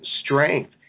strength